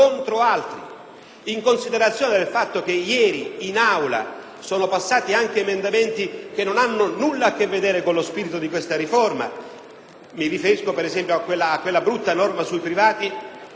in considerazione del fatto che ieri in Aula sono stati approvati emendamenti che non hanno nulla a che vedere con lo spirito di questa riforma (mi riferisco, ad esempio, a quella brutta norma sui medici